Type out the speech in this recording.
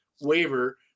waiver